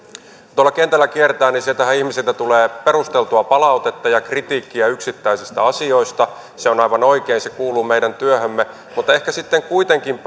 tuolla kentällä kiertää niin sieltähän ihmisiltä tulee perusteltua palautetta ja kritiikkiä yksittäisistä asioista se on aivan oikein se kuuluu meidän työhömme mutta ehkä sitten kuitenkin